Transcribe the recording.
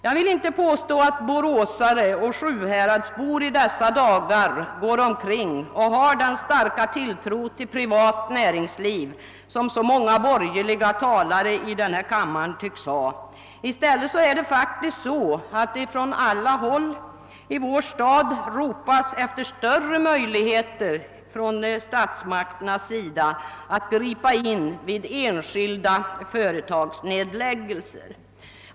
Jag vill inte påstå att boråsare och sjuhäradsbor i dessa dagar har den starka tilltro till privat näringsliv som så många borgerliga talare i denna kammare tycks ha. I stäl let ropas faktiskt från alla håll i vår stad på bättre möjligheter för statsmakterna att gripa in vid nedläggningar av enskilda företag.